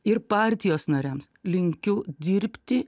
ir partijos nariams linkiu dirbti